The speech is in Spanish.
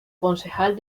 concejal